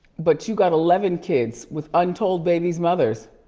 but you got eleven kids with untold babies' mothers.